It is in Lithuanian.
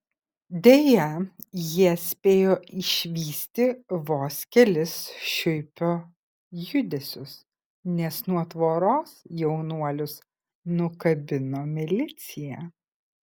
deja jie spėjo išvysti vos kelis šiuipio judesius nes nuo tvoros jaunuolius nukabino milicija